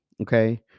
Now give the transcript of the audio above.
Okay